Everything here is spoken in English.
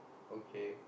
okay